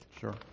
Sure